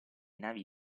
navi